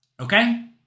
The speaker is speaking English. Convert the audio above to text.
Okay